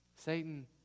Satan